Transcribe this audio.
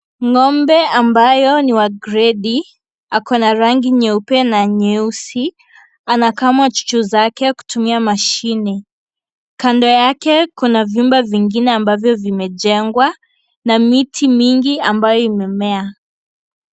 Ng'ombe ambayo ni wa gredi, ako na rangi nyeupe na nyeusi. Anakama chuchu zake kutumia mashine. Kando yake, kuna vyumba vingine ambavyo vimejengwa na miti mingi ambayo imemea.